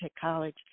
College